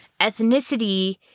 Ethnicity